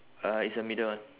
uh it's the middle one